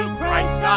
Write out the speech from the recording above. Christ